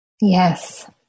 Yes